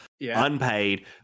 unpaid